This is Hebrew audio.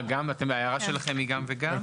ההערה שלכם היא גם וגם?